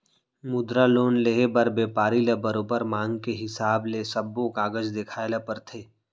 मुद्रा लोन लेहे बर बेपारी ल बरोबर मांग के हिसाब ले सब्बो कागज देखाए ल परथे